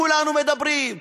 כולנו מדברים,